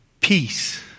Peace